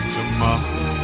tomorrow